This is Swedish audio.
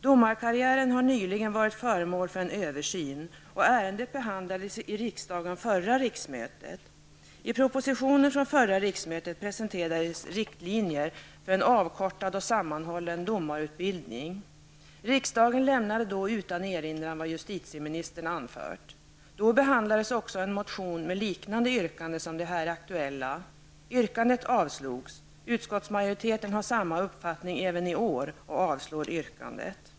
Domarkarriären har nyligen varit föremål för en översyn. Ärendet behandlades i riksdagen förra riksmötet. I propositioner från förra riksmötet presenterades riktlinjer för en avkortad och sammanhållen domarutbildning. Riksdagen lämnade då utan erinran vad justitieministern anfört. Då behandlades också en motion med liknande yrkanden som de här aktuella. Yrkandet avslogs. Utskottsmajoriteten har samma uppfattning även i år och avslår yrkandet.